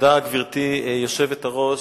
גברתי היושבת-ראש,